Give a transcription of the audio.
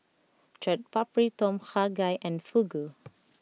Chaat Papri Tom Kha Gai and Fugu